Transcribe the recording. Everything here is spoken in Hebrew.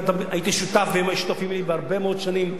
הייתי שותף והם היו שותפים לי הרבה מאוד שנים.